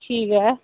ठीक ऐ